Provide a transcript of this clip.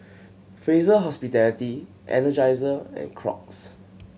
Fraser Hospitality Energizer and Crocs